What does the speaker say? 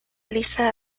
lisa